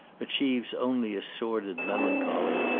achieves only a sordid melancholy,